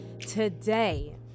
today